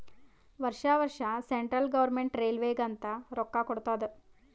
ವರ್ಷಾ ವರ್ಷಾ central government ರೈಲ್ವೇಗ ಅಂತ್ ರೊಕ್ಕಾ ಕೊಡ್ತಾದ್